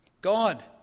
God